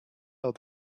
how